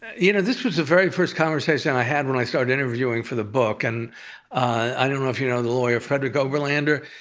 you know, this was the very first conversation i had when i started interviewing for the book, and i don't know if you know the lawyer frederic overlander,